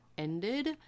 ended